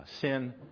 sin